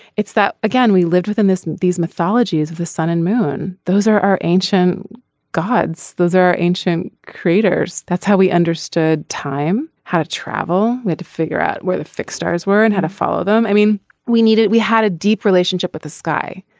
it's that again we lived within this these mythologies of the sun and moon those are our ancient gods those are ancient creators. that's how we understood time how to travel and figure out where the fixed stars were and how to follow them. i mean we needed. we had a deep relationship with the sky.